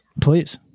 Please